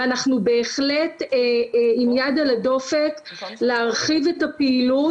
ואנחנו בהחלט עם יד על הדופק להרחיב את הפעילות.